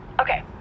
okay